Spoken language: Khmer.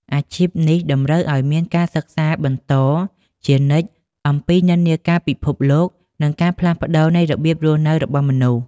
អាជីពនេះតម្រូវឱ្យមានការសិក្សាបន្តជានិច្ចអំពីនិន្នាការពិភពលោក និងការផ្លាស់ប្តូរនៃរបៀបរស់នៅរបស់មនុស្ស។